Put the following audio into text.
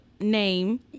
name